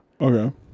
Okay